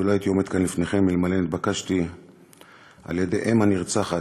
ולא הייתי עומד כאן לפניכם אלמלא נתבקשתי על-ידי אם הנרצחת,